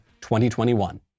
2021